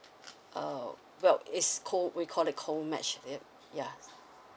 uh well it's called we call it co match is it yeah